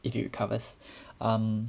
if it recovers um